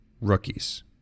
rookies